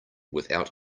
without